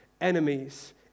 enemies